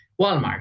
walmart